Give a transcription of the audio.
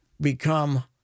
become